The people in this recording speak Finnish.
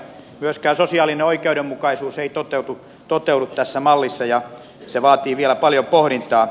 myöskään sosiaalinen oikeudenmukaisuus ei toteudu tässä mallissa ja se vaatii vielä paljon pohdintaa